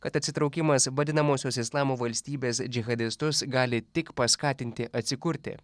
kad atsitraukimas vadinamosios islamo valstybės džihadistus gali tik paskatinti atsikurti